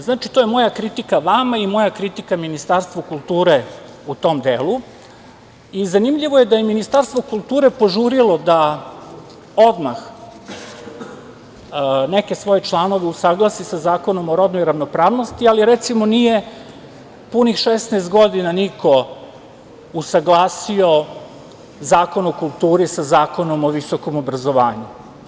Znači, to je moja kritika vama i moja kritika Ministarstvu kulture u tom delu i zanimljivo je da je Ministarstvo kulture požurilo da odmah neke svoje članove usaglasi sa Zakonom o rodnoj ravnopravnosti, ali recimo nije punih 16 godina niko usaglasio Zakon o kulturi sa Zakonom o visokom obrazovanju.